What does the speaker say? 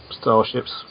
starships